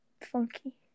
funky